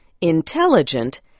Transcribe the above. intelligent